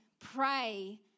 pray